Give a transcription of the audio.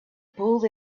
pulled